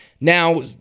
Now